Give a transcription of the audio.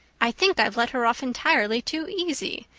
i think i've let her off entirely too easy.